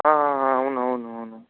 అవునవును